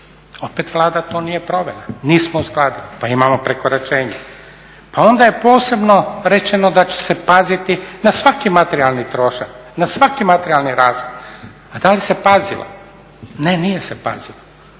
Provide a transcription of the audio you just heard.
Opet to Vlada nije provela, nismo uskladili, pa imamo prekoračenje. Pa onda je posebno rečeno da će se paziti na svaki materijalni trošak, na svaki materijalni rashod? A da li se pazilo? Ne, nije se pazilo.